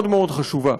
מאוד מאוד חשובה.